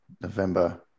November